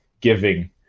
giving